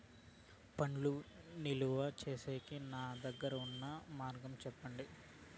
పండ్లు నిలువ సేసేకి నాకు దగ్గర్లో ఉన్న మార్గం చెప్పండి?